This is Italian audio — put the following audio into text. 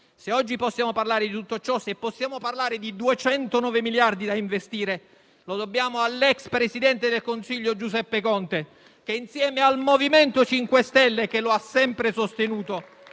Se oggi possiamo parlare di tutto ciò, se possiamo parlare di 209 miliardi da investire, lo dobbiamo all'ex presidente del Consiglio Giuseppe Conte che, insieme al MoVimento 5 Stelle che lo ha sempre sostenuto,